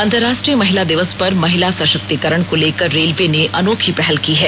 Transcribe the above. अंतर्राष्ट्रीय महिला दिवस पर महिला सशक्तीकरण को लेकर रेलवे ने अनोखी पहल की है